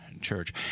church